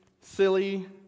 silly